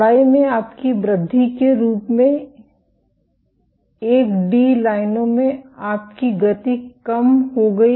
चौड़ाई में आपकी वृद्धि के रूप में 1 डी लाइनों में आपकी गति कम हो गई